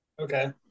Okay